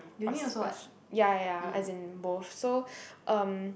or special ya ya ya as in both so um